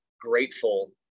grateful